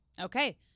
Okay